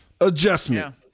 adjustment